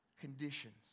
conditions